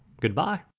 Goodbye